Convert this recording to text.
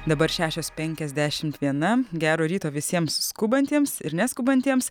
dabar šešios penkiasdešimt viena gero ryto visiems skubantiems ir neskubantiems